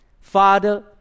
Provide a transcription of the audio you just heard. Father